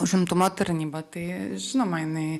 užimtumo tarnyba tai žinoma jinai